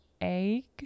egg